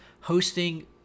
hosting